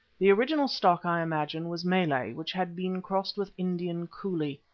the original stock i imagine, was malay which had been crossed with indian coolie.